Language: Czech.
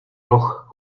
roh